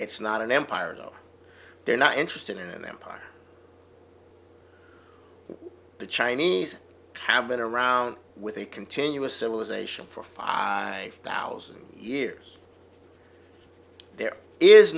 it's not an empire though they're not interested in an empire the chinese have been around with a continuous civilization for fy thousand years there is